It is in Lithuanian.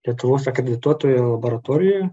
lietuvos akredituotoje laboratorijoje